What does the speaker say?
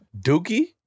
Dookie